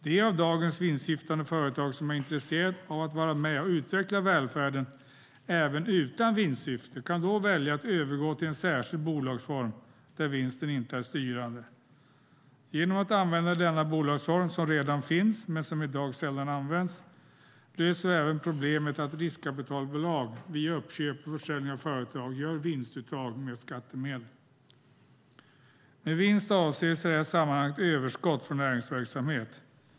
De av dagens vinstsyftande företag som är intresserade av att vara med och utveckla välfärden även utan vinstsyfte kan då välja att övergå till en särskild bolagsform där vinsten inte är styrande. Genom att använda denna bolagsform, som redan finns men i dag sällan används, löser vi även problemet att riskkapitalbolag via uppköp och försäljning av företag gör vinstuttag med skattemedel. Med vinst avses i detta sammanhang överskott från näringsverksamhet.